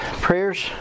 prayers